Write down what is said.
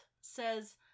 says